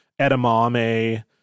edamame